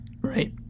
Right